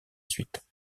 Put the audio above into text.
suite